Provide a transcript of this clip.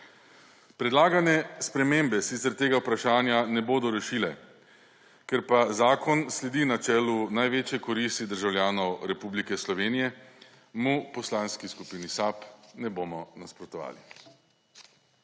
Predlagane spremembe sicer tega vprašanja ne bodo rešile, ker pa zakon sledi načelu največje koristi državljanov Republike Slovenije, mu v Poslanski skupini SAB ne bomo nasprotovali.